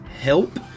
help